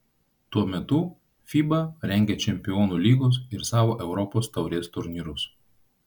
tuo metu fiba rengia čempionų lygos ir savo europos taurės turnyrus